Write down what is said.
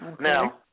Now